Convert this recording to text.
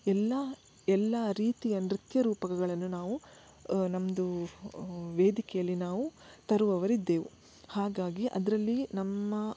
ಎಲ್ಲಾ ಎಲ್ಲಾ ರೀತಿಯ ನೃತ್ಯ ರೂಪಕಗಳನ್ನು ನಾವು ನಮ್ದು ವೇದಿಕೆಯಲ್ಲಿ ನಾವು ತರುವವರಿದ್ದೆವು ಹಾಗಾಗಿ ಅದರಲ್ಲಿ ನಮ್ಮ